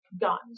guns